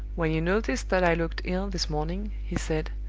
when you noticed that i looked ill this morning, he said,